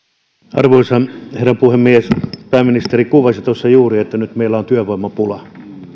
arvoisa herra puhemies pääministeri kuvasi tuossa juuri että nyt meillä on työvoimapula